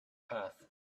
path